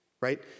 right